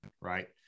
right